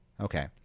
Okay